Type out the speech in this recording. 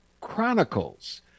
Chronicles